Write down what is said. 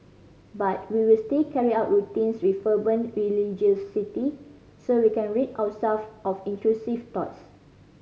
but we will still carry out routines with fervent religiosity so we can rid ourself of intrusive thoughts